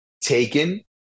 taken